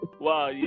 wow